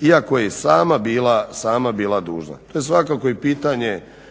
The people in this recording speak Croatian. Iako je i sama bila dužna. To je svakako i